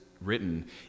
written